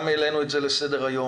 גם העלינו את זה לסדר היום.